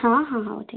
ହଁ ହଁ ହଁ ହଉ ଠିକ୍ ଅଛି